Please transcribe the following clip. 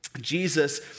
Jesus